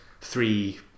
three